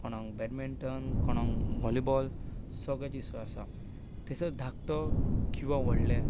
कोणाक बॅडमिंटन कोणाक वॉलीबॉल सगळें थंयसर आसा थंयसर धाकटो किंवा व्हडल्या